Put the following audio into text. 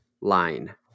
line